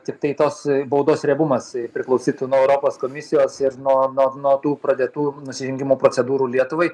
tiktai tos baudos riebumas priklausytų nuo europos komisijos ir nuo nuo nuo tų pradėtų nusižengimo procedūrų lietuvai